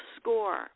score